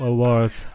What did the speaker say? Awards 。